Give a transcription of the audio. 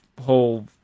whole